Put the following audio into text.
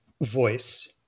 voice